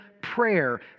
prayer